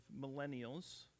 millennials